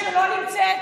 שלא נמצאת,